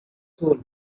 soul